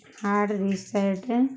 hard reset